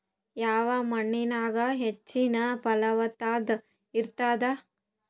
ಯಾವ ಮಣ್ಣಾಗ ಹೆಚ್ಚಿನ ಫಲವತ್ತತ ಇರತ್ತಾದ?